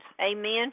Amen